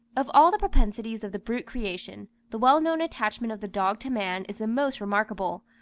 of all the propensities of the brute creation, the well-known attachment of the dog to man is the most remarkable,